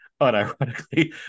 unironically